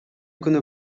күнү